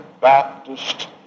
Baptist